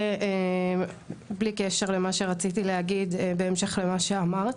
זה בלי קשר למה שרציתי להגיד בהמשך למה שאמרת.